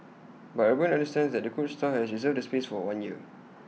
but urban understands that the coach store has reserved the space for one year